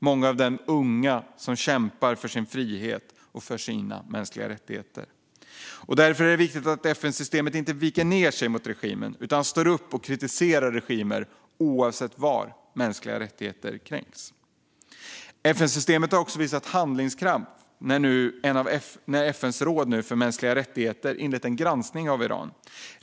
Många av dem är unga som kämpar för sin frihet och för sina mänskliga rättigheter. Därför är det viktigt att FN-systemet inte viker ned sig mot regimen utan står upp mot och kritiserar regimer oavsett var mänskliga rättigheter kränks. FN-systemet har också visat handlingskraft när nu FN:s råd för mänskliga rättigheter inlett en granskning av Iran.